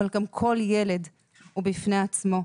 אבל גם כל ילד הוא בפני עצמו,